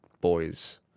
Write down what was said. boys